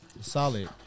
solid